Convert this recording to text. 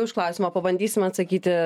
už klausimą pabandysim atsakyti